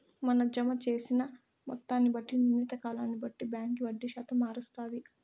మన జమ జేసిన మొత్తాన్ని బట్టి, నిర్ణీత కాలాన్ని బట్టి బాంకీ వడ్డీ శాతం మారస్తాది